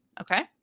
Okay